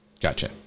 gotcha